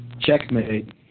Checkmate